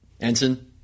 Ensign